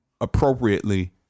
appropriately